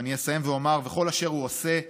ואני אסיים ואומר: וכל אשר הוא עושה ה'